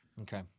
Okay